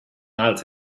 out